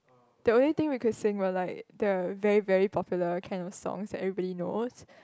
the only thing we could sing will like the very very popular kind of songs everybody knows